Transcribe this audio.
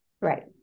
Right